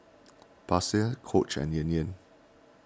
Pasar Coach and Yan Yan